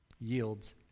yields